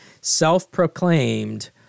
self-proclaimed